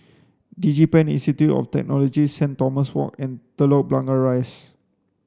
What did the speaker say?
DigiPen Institute of Technology Saint Thomas Walk and Telok Blangah Rise